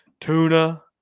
Tuna